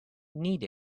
need